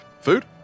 Food